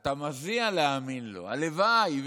אתה מזיע להאמין לו, הלוואי.